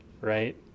right